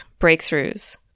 breakthroughs